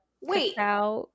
wait